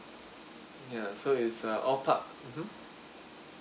ya so is uh all part mmhmm